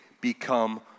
become